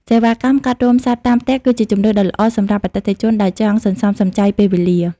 សេវាកម្មកាត់រោមសត្វតាមផ្ទះ គឺជាជម្រើសដ៏ល្អសម្រាប់អតិថិជនដែលចង់សន្សំសំចៃពេលវេលា។